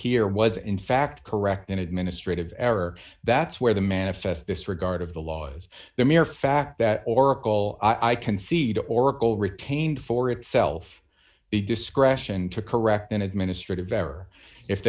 here was in fact correct an administrative error that's where the manifest this regard of the laws the mere fact that oracle i concede oracle retained for itself the discretion to correct an administrative error if